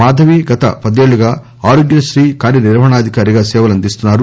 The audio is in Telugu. మాధవి గత పదేళ్యుగా ఆరోగ్యశ్రీ కార్యనిర్వహణాధికారిగా సేవలు అందిస్తున్నారు